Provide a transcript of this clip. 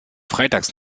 freitags